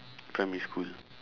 primary school